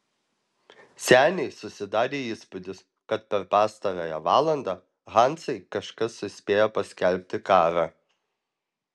seniui susidarė įspūdis kad per pastarąją valandą hanzai kažkas suspėjo paskelbti karą